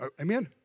Amen